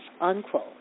Unquote